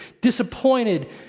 disappointed